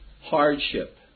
hardship